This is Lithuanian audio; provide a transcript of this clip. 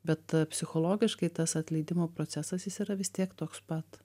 bet psichologiškai tas atleidimo procesas is yra vis tiek toks pat